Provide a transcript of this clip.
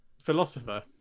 philosopher